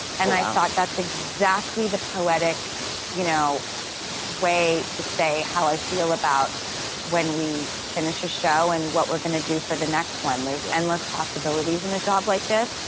and i thought that's exactly the poetic you know way to say how i feel about when we finish a show and what we're going to do for the next one. there's endless possibilities in a job like this.